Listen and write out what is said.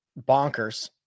bonkers